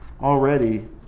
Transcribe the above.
already